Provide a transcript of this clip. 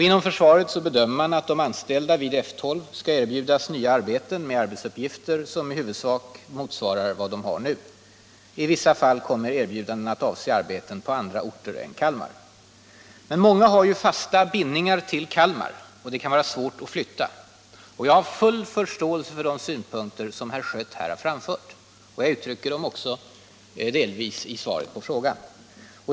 Inom försvaret bedömer man att de anställda vid F 12 skall erbjudas ny sysselsättning med arbetsuppgifter, som i huvudsak motsvarar vad de har nu. I vissa fall kommer erbjudandena att avse arbeten på andra orter än Kalmar. Men många har ju fasta bindningar till Kalmar, och det kan vara svårt att flytta. Jag har full förståelse för de synpunkter som herr Schött här har framfört, och jag uttrycker dem också delvis i svaret på frågan.